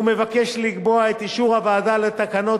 והוא מבקש לקבוע את אישור הוועדה לתקנות